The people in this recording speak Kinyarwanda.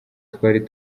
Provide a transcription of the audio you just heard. twari